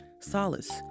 solace